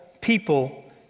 people